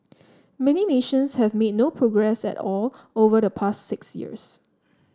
many nations have made no progress at all over the past six years